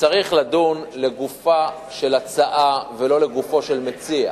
שצריך לדון לגופה של הצעה ולא לגופו של מציע.